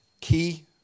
Key